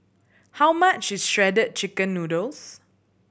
how much is Shredded Chicken Noodles